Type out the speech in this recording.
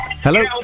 Hello